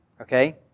Okay